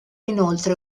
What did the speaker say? inoltre